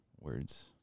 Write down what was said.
words